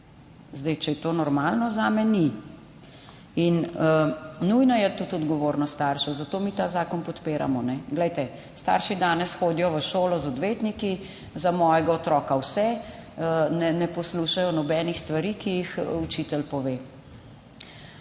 če je to normalno, zame ni. Nujna je tudi odgovornost staršev, zato mi ta zakon podpiramo. Glejte, starši danes hodijo v šolo z odvetniki, za mojega otroka vse, ne poslušajo nobenih stvari, ki jih učitelj pove.